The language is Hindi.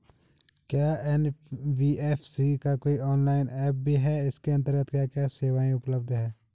क्या एन.बी.एफ.सी का कोई ऑनलाइन ऐप भी है इसके अन्तर्गत क्या क्या सेवाएँ उपलब्ध हैं?